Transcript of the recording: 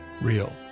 real